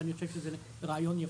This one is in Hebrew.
שאני חושב שזה רעיון יפה.